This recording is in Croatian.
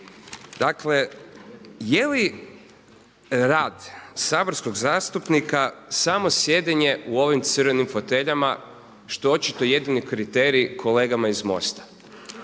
Dakle, je li rad saborskog zastupnika samo sjedenje u ovim crvenim foteljama što je očito jedini kriterij kolegama iz MOST-a.